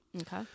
Okay